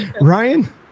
Ryan